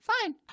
fine